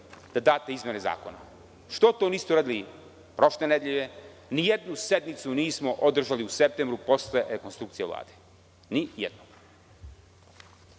da date izmene zakona? Što to niste uradili prošle nedelje? Ni jednu sednicu nismo održali u septembru posle rekonstrukcije Vlade, ni